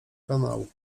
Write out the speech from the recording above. kanału